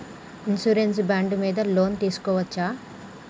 Insurance bond మీద loan తీస్కొవచ్చా?